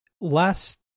last